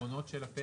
עקרונות הפרק בבקשה.